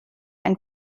ein